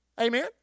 Amen